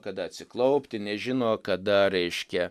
kada atsiklaupti nežino kada reiškia